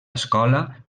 escola